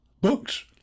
Books